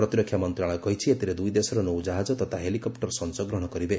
ପ୍ରତିରକ୍ଷା ମନ୍ତ୍ରଣାଳୟ କହିଛି ଏଥିରେ ଦୁଇଦେଶର ନୌ ଜାହାଜ ତଥା ହେଲିକପୁରସ ଅଂଶଗ୍ରହଣ କରିବେ